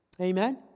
Amen